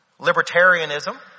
Libertarianism